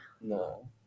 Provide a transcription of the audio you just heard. No